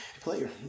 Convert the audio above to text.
player